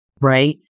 right